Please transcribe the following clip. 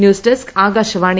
news desk Akashvani